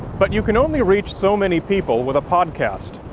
but you can only reach so many people with a podcast,